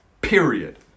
period